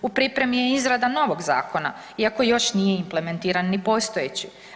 U pripremi je izrada novog zakona iako još nije implementiran ni postojeći.